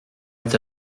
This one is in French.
est